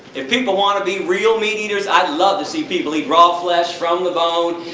if people want to be real meat eaters, i'd love to see people eat raw flesh from the bone,